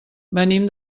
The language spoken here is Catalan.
venim